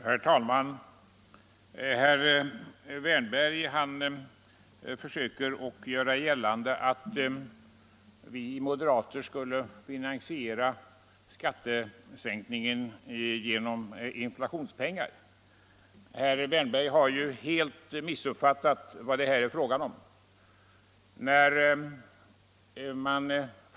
Herr talman! Herr Wärnberg gör gällande att vi moderater skulle vilja finansiera skattesänkningen med inflationspengar. Herr Wärnberg har ju helt missuppfattat vad det är fråga om.